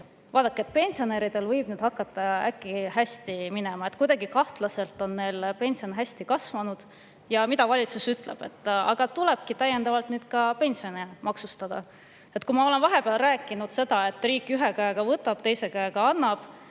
Vaadake, pensionäridel võib nüüd hakata äkki hästi minema, kuidagi kahtlaselt hästi on neil pension kasvanud. Ja mida valitsus ütleb: aga tulebki täiendavalt ka pensione maksustada. Kui ma olen vahepeal rääkinud seda, et riik ühe käega võtab, teise käega annab,